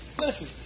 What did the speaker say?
Listen